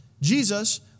Jesus